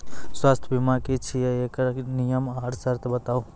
स्वास्थ्य बीमा की छियै? एकरऽ नियम आर सर्त बताऊ?